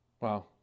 Wow